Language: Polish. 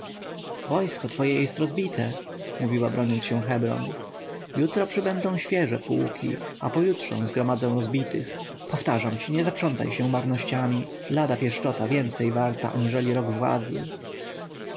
wojsko twoje jest rozbite mówiła broniąc się hebron jutro przybędą świeże pułki a pojutrze zgromadzę rozbitych powtarzam ci nie zaprzątaj się marnościami chwila pieszczot więcej warta aniżeli rok władzy